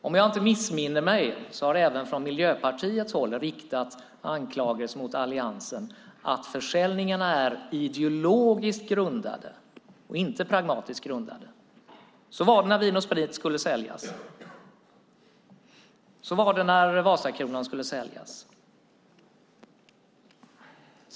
Om jag inte missminner mig har det även från Miljöpartiets håll riktats anklagelser mot Alliansen om att försäljningarna är ideologiskt och inte pragmatiskt grundade. Så var det när Vin & Sprit skulle säljas. Så var det när Vasakronan skulle säljas.